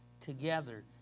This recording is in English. together